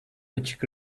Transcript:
açık